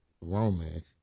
romance